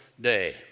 day